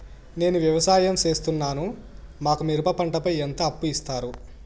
నేను వ్యవసాయం సేస్తున్నాను, మాకు మిరప పంటపై ఎంత అప్పు ఇస్తారు